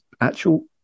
actual